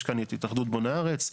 יש כאן את התאחדות בוני הארץ,